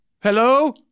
Hello